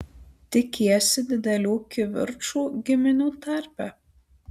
tikiesi didelių kivirčų giminių tarpe